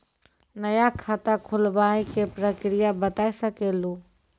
नया खाता खुलवाए के प्रक्रिया बता सके लू?